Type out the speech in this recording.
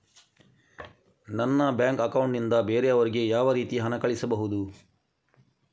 ನನ್ನ bank account ನಿಂದ ಬೇರೆಯವರಿಗೆ ಯಾವ ರೀತಿ ಹಣ ಕಳಿಸಬಹುದು?